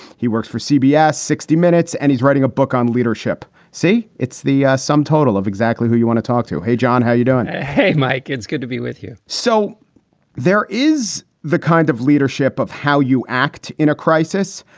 he works for cbs sixty minutes and he's writing a book on leadership. say it's the sum total of exactly who you want to talk to. hey, john, how you doing? hey, mike, it's good to be with you. so there is the kind of leadership of how you act in a crisis.